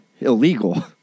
illegal